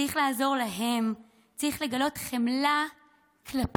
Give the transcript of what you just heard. צריך לעזור להם, צריך לגלות חמלה כלפיהם.